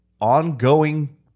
ongoing